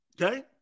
Okay